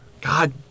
God